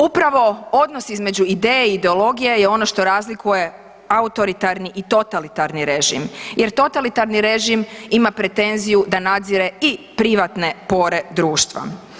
Upravo odnos između ideje i ideologije je ono što razlikuje autoritarni i totalitarni režim jer totalitarni režim ima pretenziju da nadzire i privatne pore društva.